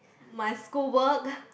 my school work